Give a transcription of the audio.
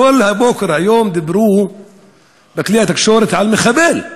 כל הבוקר היום דיברו בכלי התקשורת על מחבל,